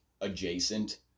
adjacent